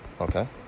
Okay